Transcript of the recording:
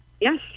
yes